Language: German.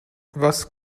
was